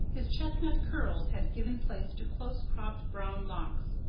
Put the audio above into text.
his chestnut curls had given place to close-cropped brown locks,